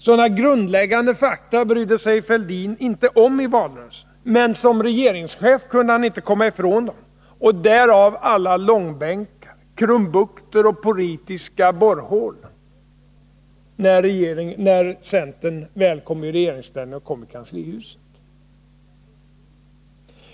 Sådana grundläggande fakta brydde sig Thorbjörn Fälldin inte om i valrörelsen, men som regeringschef kunde han inte komma ifrån dem — därav alla långbänkar, krumbukter och politiska borrhål när centern väl kommit i regeringsställning och satt i kanslihuset.